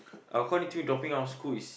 I will dropping out of school is